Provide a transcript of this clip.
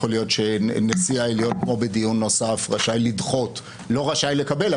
יכול להיות שנשיא העליון כמו בדיון נוסף רשאי לדחות לא רשאי לקבל,